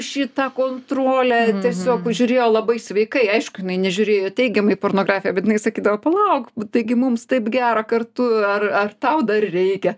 šitą kontrolę tiesiog pažiūrėjo labai sveikai aišku jinai nežiūrėjo teigiamai į pornografiją bet jinai sakydavo palauk taigi mums taip gera kartu ar ar tau dar reikia